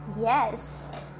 Yes